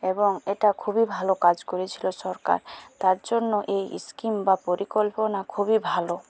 এবং এটা খুবই ভালো কাজ করেছিলো সরকার তার জন্য এই ইস্কিম বা পরিকল্পনা খুবই ভালো